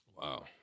Wow